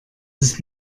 ist